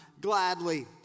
gladly